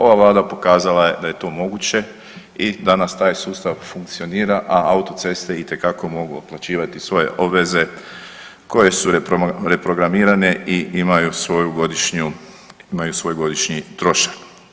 Ova Vlada pokazala je da je to moguće i danas taj sustav funkcionira, a autoceste itekako mogu otplaćivati svoje obveze koje su reprogramirane i ima svoj godišnji trošak.